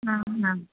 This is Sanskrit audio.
आम् आम्